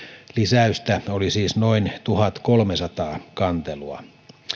lisäystä oli siis noin tuhatkolmesataa kantelua